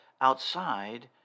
outside